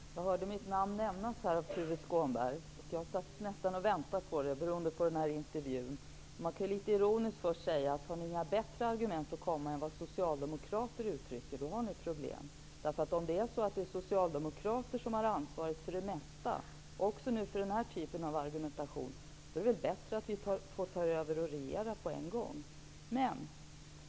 Herr talman! Jag hörde mitt namn nämnas av Tuve Skånberg. Jag väntade nästan på det, med anledning av intervjun. Litet ironiskt kan jag ju först säga att har ni inga bättre argument att komma med än vad socialdemokrater uttrycker, har ni problem. Om det är så att det är socialdemokrater som ansvar för det mesta -- också för den här typen av argumentation -- är det väl bättre att vi får ta över och regera.